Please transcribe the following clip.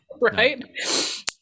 right